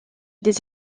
des